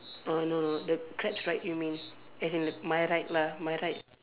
oh no the crabs right you mean as in my right lah my right